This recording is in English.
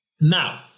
Now